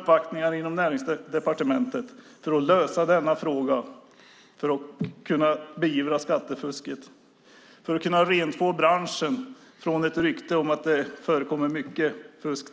uppvaktningar på Näringsdepartementet för att lösa frågan och för att kunna beivra skattefusket och rentvå branschen från dess rykte om att där förekommer mycket fusk?